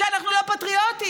שאנחנו לא פטריוטים,